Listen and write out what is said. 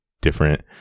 different